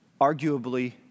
arguably